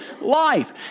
life